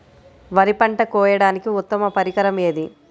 వరి పంట కోయడానికి ఉత్తమ పరికరం ఏది?